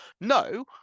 No